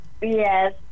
Yes